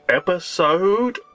episode